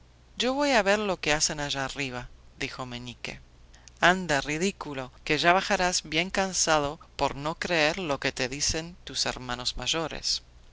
yo voy a ver lo que hacen allá arriba dijo meñique anda ridículo que ya bajarás bien cansado por no creer lo que te dicen tus hermanos mayores y